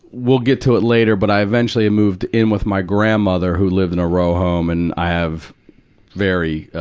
we'll get to it later, but i eventually moved in with my grandmother who lived in a row home and i have very, ah,